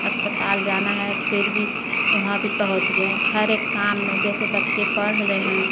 अस्पताल जाना है फिर भी वहाँ भी पहुँच गए हर एक काम में जैसे बच्चे पढ़ रहे हैं